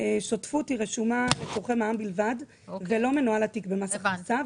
שותפות רשומה לצורכי מע"מ בלבד ולא מנוהל התיק במס הכנסה,